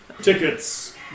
Tickets